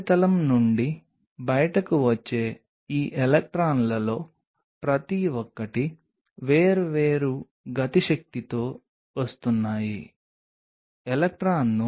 అదే కుటుంబంలో మేము జెలటిన్ అని పిలువబడే కొల్లాజెన్ లామినిన్ మిశ్రమాన్ని కలిగి ఉన్నాము